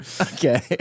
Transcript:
Okay